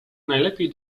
najlepiej